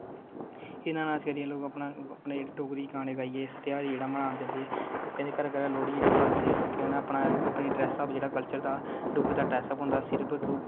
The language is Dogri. हिरणा नाच करिये लोक अपना अपने जेहडे़ डोगरी गाने गाइयै इस त्यार गी जेहडा मनांदे ओह् घरा घरा लोहड़ी जेहड़ी बंडदे लोकें कन्नै अपना ड्रेसअप जेहड़ा कल्चर दा डुग्गर दा ड्रेसअप होंदा सिर्फ